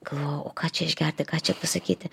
galvojau o ką čia išgerti ką čia pasakyti